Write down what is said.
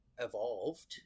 evolved